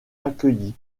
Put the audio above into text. accueilli